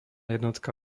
jednotka